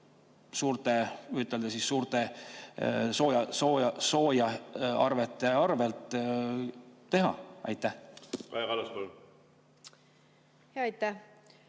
suured soojaarved, teha? Aitäh!